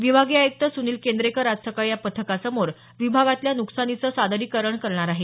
विभागीय आयुक्त सुनिल केंद्रेकर आज सकाळी या पथकासमोर विभागातल्या नुकसानीचं सादरीकरण करणार आहेत